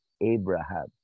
Abraham